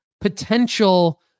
potential